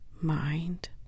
mind